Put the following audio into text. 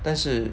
但是